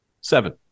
Seven